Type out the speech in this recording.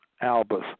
albus